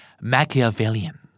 Machiavellian